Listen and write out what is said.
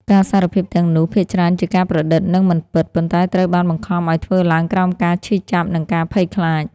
ការសារភាពទាំងនោះភាគច្រើនជាការប្រឌិត និងមិនពិត ប៉ុន្តែត្រូវបានបង្ខំឱ្យធ្វើឡើងក្រោមការឈឺចាប់ និងការភ័យខ្លាច។